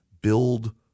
Build